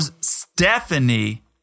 Stephanie